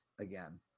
again